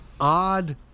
odd